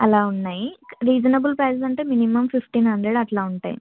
అలా ఉన్నాయి reasonable prices minimum fifteen hundred అట్లా ఉంటాయి